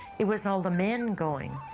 it was all the men going.